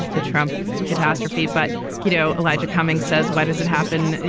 the trump catastrophe. but you know elijah cummings says why does it happen.